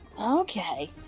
Okay